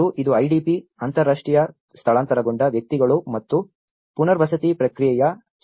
ಮತ್ತು ಇದು IDP ಅಂತರಾಷ್ಟ್ರೀಯ ಸ್ಥಳಾಂತರಗೊಂಡ ವ್ಯಕ್ತಿಗಳು ಮತ್ತು ಪುನರ್ವಸತಿ ಪ್ರಕ್ರಿಯೆಯ ಸಾಗರೋತ್ತರವನ್ನು ನೋಡಿದೆ